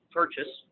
purchase